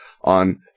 on